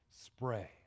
spray